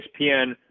ESPN